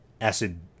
acid